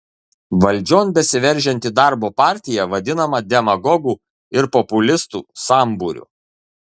valdžion besiveržianti darbo partija vadinama demagogų ir populistų sambūriu